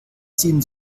ziehen